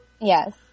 yes